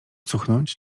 cuchnąć